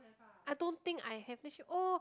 I don't think I have then she oh